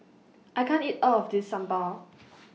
I can't eat All of This Sambar